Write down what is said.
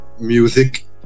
music